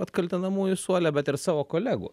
vat kaltinamųjų suole bet ir savo kolegų